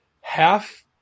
half